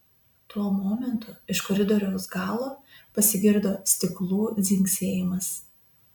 tuo momentu iš koridoriaus galo pasigirdo stiklų dzingsėjimas